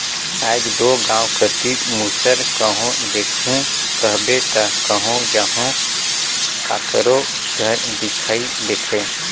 आएज दो गाँव कती मूसर कहो देखहू कहबे ता कहो जहो काकरो घर दिखई देथे